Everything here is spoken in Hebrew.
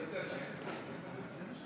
על איזה אנשי חסד אתה מדבר?